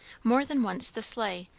more than once the sleigh,